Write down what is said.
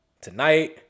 tonight